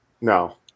No